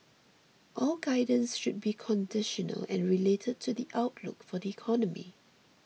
all guidance should be conditional and related to the outlook for the economy